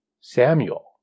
Samuel